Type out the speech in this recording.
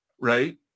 right